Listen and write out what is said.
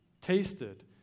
tasted